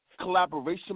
Collaboration